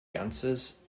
ganzes